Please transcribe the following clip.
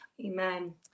Amen